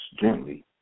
gently